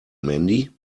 mandy